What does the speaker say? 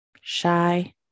shy